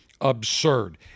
absurd